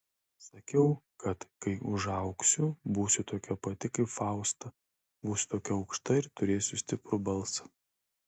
sakiau kad kai užaugsiu būsiu tokia pati kaip fausta būsiu tokia aukšta ir turėsiu stiprų balsą